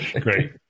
Great